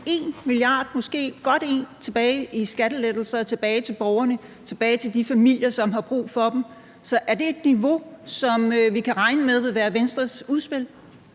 1 mia. kr., tilbage til borgerne i skattelettelser, tilbage til de familier, som har brug for dem. Så er det et niveau, som vi kan regne med vil være Venstres udspil?